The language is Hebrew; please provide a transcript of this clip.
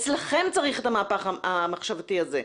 אצלכם צריך את המהפך המחשבתי זה.